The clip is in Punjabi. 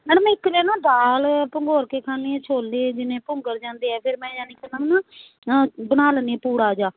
ਮੈਡਮ ਇੱਕ ਦਿਨ ਨਾ ਦਾਲ ਭੰਗੋਲ ਕੇ ਖਾਂਦੇ ਹਾਂ ਛੋਲੇ ਜਿਵੇਂ ਭੁੰਗਰ ਜਾਂਦੇ ਆ ਫਿਰ ਮੈਂ ਜਾਣੀ ਕਿ ਉਹਨਾਂ ਨੂੰ ਨਾ ਬਣਾ ਲੈਂਦੀ ਹਾਂ ਪੂੜਾ ਜਿਹਾ